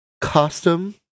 Custom